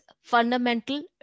fundamental